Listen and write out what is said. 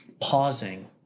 pausing